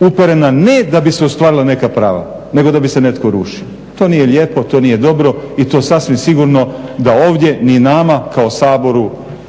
uperena ne da bi se ostvarila neka prava, nego da bi se netko rušio. To nije lijepo, to nije dobro i to sasvim sigurno da ovdje ni nama kao Saboru